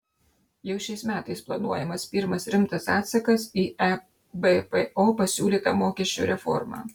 jau šiais metais planuojamas pirmas rimtas atsakas į ebpo pasiūlytą mokesčių reformą